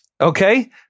okay